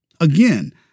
Again